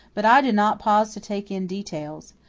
but i did not pause to take in details.